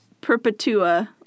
perpetua